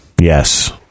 Yes